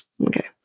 Okay